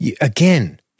again